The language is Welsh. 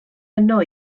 yno